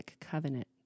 covenant